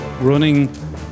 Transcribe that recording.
Running